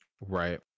right